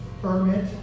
Permit